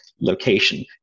location